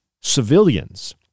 civilians